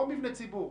לא מבני ציבור.